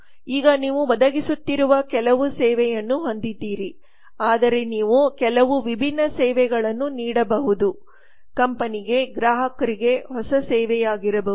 ಈಗ ನೀವು ಒದಗಿಸುತ್ತಿರುವ ಕೆಲವು ಸೇವೆಯನ್ನು ಹೊಂದಿದ್ದೀರಿ ಆದರೆ ನೀವು ಕೆಲವು ವಿಭಿನ್ನ ಸೇವೆಗಳನ್ನು ನೀಡಬಹುದು ಕಂಪನಿಗೆ ಗ್ರಾಹಕರಿಗೆ ಹೊಸ ಸೇವೆಯಾಗಿರಬಹುದು